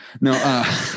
No